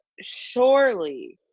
surely